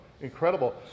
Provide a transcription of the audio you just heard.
incredible